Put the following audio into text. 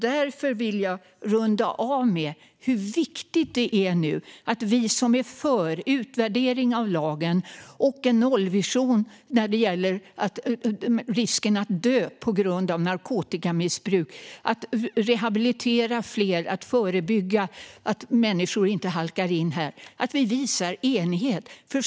Därför vill jag runda av med att säga hur viktigt det är att vi som är för en utvärdering av lagen, för en nollvision när det gäller risken att dö på grund av narkotikamissbruk, för att rehabilitera fler och för att förebygga att människor halkar in på detta nu visar enighet.